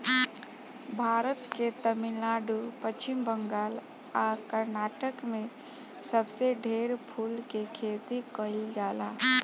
भारत के तमिलनाडु, पश्चिम बंगाल आ कर्नाटक में सबसे ढेर फूल के खेती कईल जाला